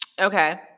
Okay